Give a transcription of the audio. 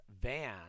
van